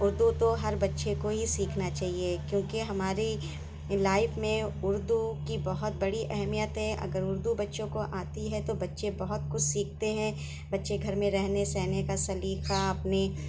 اردو تو ہر بچے کو ہی سیکھنا چاہئے کیوں کہ ہماری لائف میں اردو کی بہت بڑی اہمیت ہے اگر اردو بچوں کو آتی ہے تو بچے بہت کچھ سیکھتے ہیں بچے گھر میں رہنے سہنے کا سلیقہ اپنی